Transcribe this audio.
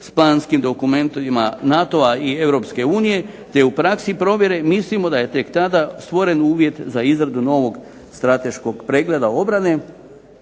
s planskim dokumentima NATO-a i EU te u praksi provede mislimo da je tek tada stvoren uvjet za izradu novog strateškog pregleda obrane,